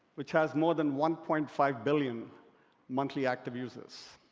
which has more than one point five billion monthly active users.